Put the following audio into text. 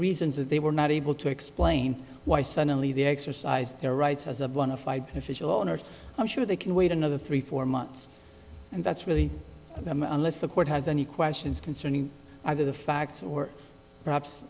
reasons that they were not able to explain why suddenly they exercise their rights as a bonafide official owners i'm sure they can wait another three four months and that's really unless the court has any questions concerning either the facts or perhaps